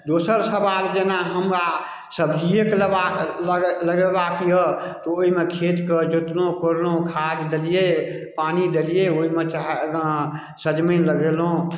दोसर सवाल जेना हमरा सब्जियेके लेबाक लगे लगेबाक यऽ तऽ ओइमे खेतके जोतलहुँ कोड़लहुँ खाद देलियै पानि देलियै ओइमे चाहे एकदम सजमनि लगेलहुँ